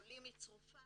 לעולים מצרפת